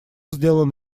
сделан